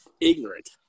Ignorant